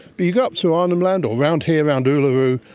but you go up to arnhem land or around here around uluru,